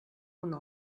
una